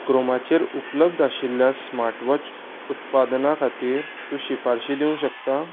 क्रोमाचेर उपलब्ध आशिल्ल्या स्मार्टवॉच उत्पादना खातीर तूं शिफारशी दिवंक शकता